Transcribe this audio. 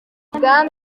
ibwami